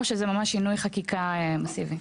או שזה ממש שינוי חקיקה מסיבי?